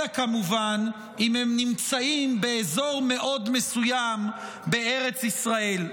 אלא כמובן אם הם נמצאים באזור מאוד מסוים בארץ ישראל.